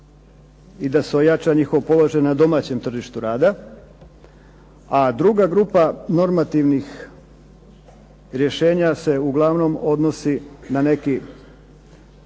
i da se ojača njihov položaj na domaćem tržištu rada. A druga grupa normativnih rješenja se uglavnom odnosi na neki,